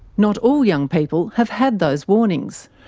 not all young people have had those warnings.